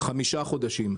חמישה חודשים.